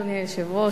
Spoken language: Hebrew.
אדוני היושב-ראש,